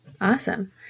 Awesome